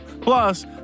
Plus